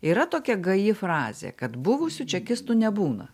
yra tokia gaji frazė kad buvusių čekistų nebūna